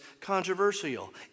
controversial